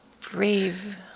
brave